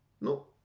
No